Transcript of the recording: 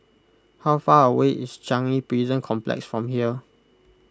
how far away is Changi Prison Complex from here